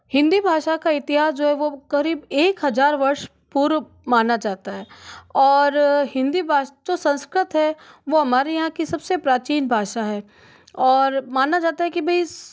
हिन्दी भाषा का इतिहास जो है वो क़रीब एक हज़ार वर्ष पूर्व माना जाता है और हिन्दी भाषा जो संस्कृत है वो हमारे यहाँ की सबसे प्राचीन भाषा है और माना जाता है कि बीस